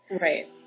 Right